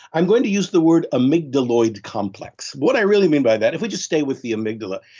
i'm going to use the word amygdaloid complex. what i really mean by that, if we just stay with the amygdala,